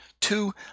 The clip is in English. two